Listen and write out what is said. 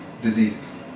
diseases